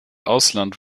ausland